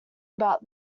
about